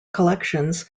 collections